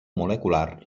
molecular